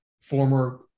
former